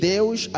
Deus